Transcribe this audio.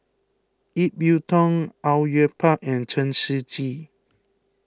Ip Yiu Tung Au Yue Pak and Chen Shiji